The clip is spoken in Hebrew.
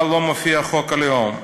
אבל לא מופיע חוק הלאום?